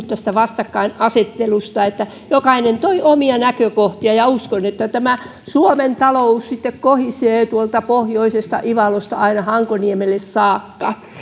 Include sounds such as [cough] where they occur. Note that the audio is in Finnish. [unintelligible] tästä vastakkainasettelusta vaan jokainen toi omia näkökohtiaan uskon että suomen talous sitten kohisee tuolta pohjoisesta ivalosta aina hankoniemelle saakka